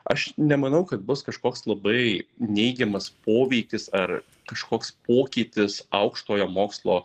aš nemanau kad bus kažkoks labai neigiamas poveikis ar kažkoks pokytis aukštojo mokslo